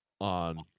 on